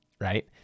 right